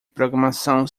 programação